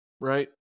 right